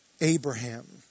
Abraham